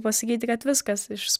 pasakyti kad viskas iš